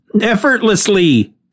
Effortlessly